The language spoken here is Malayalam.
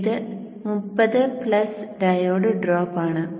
ഇത് 30 പ്ലസ് ഡയോഡ് ഡ്രോപ്പ് ആണ്